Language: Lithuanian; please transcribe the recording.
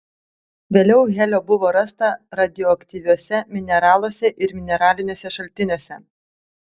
vėliau helio buvo rasta radioaktyviuose mineraluose ir mineraliniuose šaltiniuose